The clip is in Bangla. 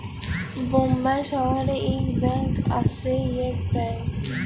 বোম্বাই শহরে ইক ব্যাঙ্ক আসে ইয়েস ব্যাঙ্ক